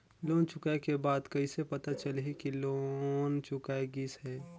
Loan चुकाय के बाद कइसे पता चलही कि लोन चुकाय गिस है?